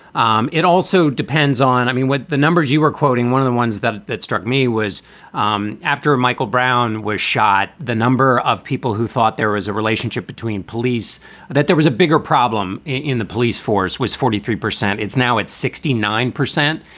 um it also depends on i mean, when the numbers you were quoting, one of the ones that that struck me was um after michael brown was shot, the number of people who thought there was a relationship between police and that there was a bigger problem in the police force was forty three percent. it's now it's sixty nine percent.